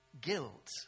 guilt